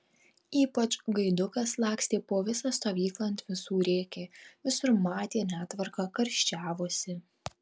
ypač gaidukas lakstė po visą stovyklą ant visų rėkė visur matė netvarką karščiavosi